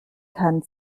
kann